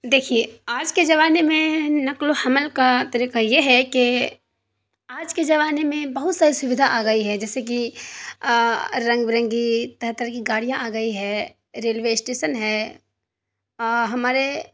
دیکھیے آج کے زمانے میں نقل و حمل کا طریقہ یہ ہے کہ آج کے زمانے میں بہت ساری سویدھا آ گئی ہے جیسے کہ رنگ برنگی طرح طرح کی گاڑیاں آ گئی ہے ریلوے اشٹیشن ہے ہمارے